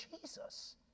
Jesus